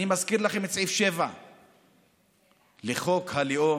אני מזכיר לכם את סעיף 7 בחוק הלאום,